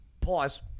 Pause